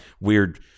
weird